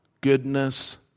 goodness